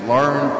Learn